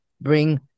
bring